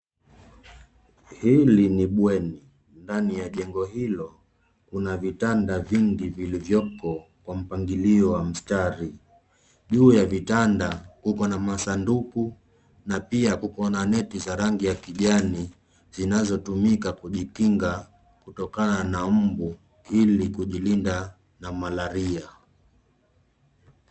Hili ni bweni ndani ya jengo hilo kuna vitanda vingi vilivyoko kwa mpangilio wa mstari, juu ya vitanda kuko na masanduku na pia kuko na net za rangi ya kijani zinazotumika kujikinga kutokana na mbu ili kujilinda na malaria.